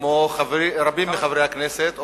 כמו רבים מחברי הכנסת,